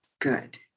good